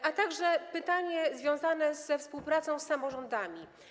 Mam także pytanie związane ze współpracą z samorządami.